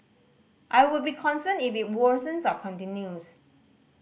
I would be concerned if it worsens or continues